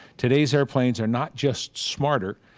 today's airplanes are not just smarter,